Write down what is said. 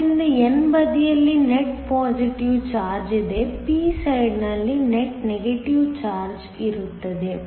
ಆದ್ದರಿಂದ n ಬದಿಯಲ್ಲಿ net positive charge ಇದೆ p ಸೈಡ್ ನಲ್ಲಿ ನೆಟ್ ನೆಗೆಟಿವ್ ಚಾರ್ಜ್ ಇರುತ್ತದೆ